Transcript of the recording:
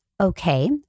Okay